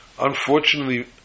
Unfortunately